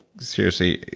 seriously,